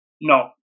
No